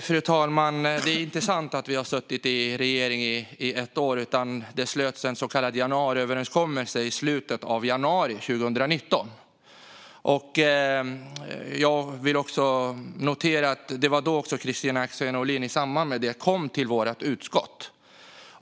Fru talman! Det är inte sant att vi har suttit i regeringsställning i ett år. Det slöts en så kallad januariöverenskommelse i slutet av januari 2019. Jag vill också notera att Kristina Axén Olin i samband med detta kom till vårt utskott.